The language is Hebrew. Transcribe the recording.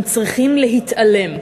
הם צריכים להתעלם?